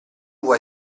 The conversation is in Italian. vuoi